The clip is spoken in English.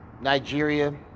Nigeria